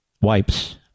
wipes